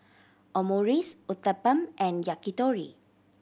Omurice Uthapam and Yakitori